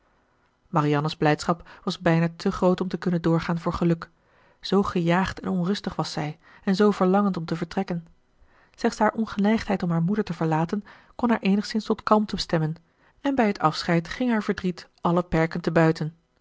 marianne's blijdschap was bijna te groot om te kunnen doorgaan voor geluk zoo gejaagd en onrustig was zij en zoo verlangend om te vertrekken slechts haar ongeneigdheid om haar moeder te verlaten kon haar eenigszins tot kalmte stemmen en bij het afscheid ging haar verdriet alle perken te buiten